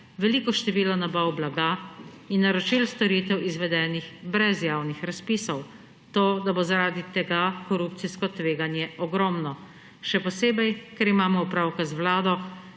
veliko število nabav blaga in naročil storitev izvedenih brez javnih razpisov. To, da bo zaradi tega korupcijsko tveganje ogromno. Še posebej, ker imamo opravka z vlado,